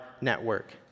network